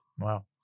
Wow